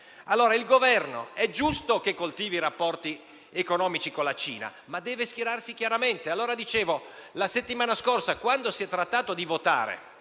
il Governo coltivi rapporti economici con la Cina, ma deve schierarsi chiaramente. La settimana scorsa, quando si è trattato di votare